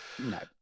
No